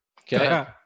Okay